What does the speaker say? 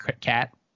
Cat